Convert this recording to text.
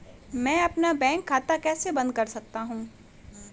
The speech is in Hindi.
मैं अपना बैंक खाता कैसे बंद कर सकता हूँ?